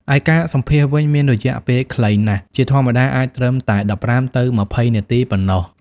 ឯការសម្ភាសន៍វិញ មានរយៈពេលខ្លីណាស់ ជាធម្មតាអាចត្រឹមតែ ១៥ ទៅ ២០ នាទីប៉ុណ្ណោះ។